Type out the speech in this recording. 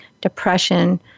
depression